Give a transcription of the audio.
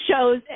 shows